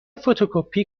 فتوکپی